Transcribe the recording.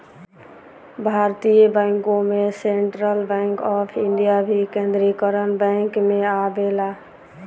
भारतीय बैंकों में सेंट्रल बैंक ऑफ इंडिया भी केन्द्रीकरण बैंक में आवेला